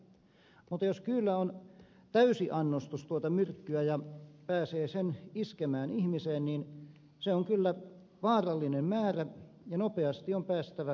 mutta jos kyyllä on täysi annostus tuota myrkkyä ja se pääsee sen iskemään ihmiseen niin se on kyllä vaarallinen määrä ja nopeasti on päästävä hoitoon